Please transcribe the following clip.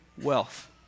wealth